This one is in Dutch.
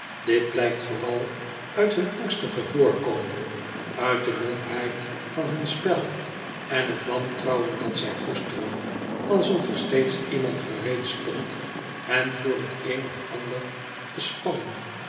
dit blijkt vooral uit hun angstig voorkomen uit de lompheid van hun spel en t wantrouwen dat zjj koesteren alsof er steeds iemand gereed stond hen voor t een of ander te spannen